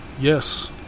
Yes